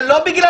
אבל לא בגללך.